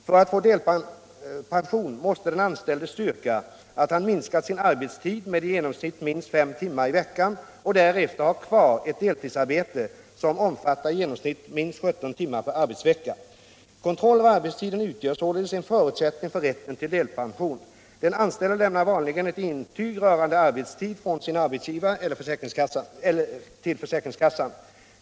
För att få delpension måste den anställde styrka att han minskat sin arbetstid med i genomsnitt minst fem timmar i veckan och därefter har kvar ett deltidsarbete som omfattar i genomsnitt minst 17 timmar per arbetsvecka. Kontroll av arbetstiden utgör således en förutsättning för rätten till delpension. Den anställde lämnar vanligen ett intyg rörande arbetstid från sin arbetsgivare till försäkringskassan.